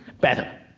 better.